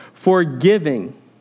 forgiving